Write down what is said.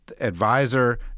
advisor